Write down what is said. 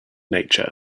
nature